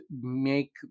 make